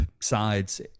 sides